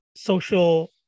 social